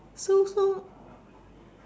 so so